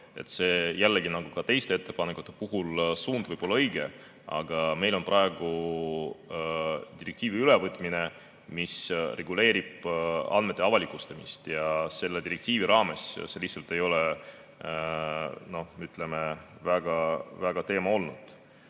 ole. Jällegi, nagu ka teiste ettepanekute puhul, see suund võib olla õige, aga meil on praegu ülevõtmisel direktiiv, mis reguleerib andmete avalikustamist, ja selle direktiivi raames see lihtsalt ei ole, ütleme, väga teema olnud.